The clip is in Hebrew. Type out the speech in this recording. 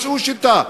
מצאו שיטה,